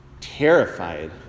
terrified